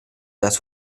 las